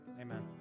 amen